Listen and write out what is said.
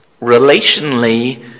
relationally